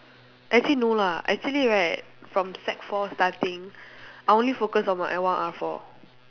actually no lah actually right from sec four starting I only focus on my L one R four